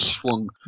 swung